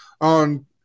on